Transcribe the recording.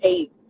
eight